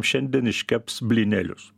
šiandien iškeps blynelius